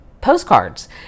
postcards